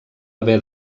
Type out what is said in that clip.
haver